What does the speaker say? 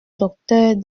docteur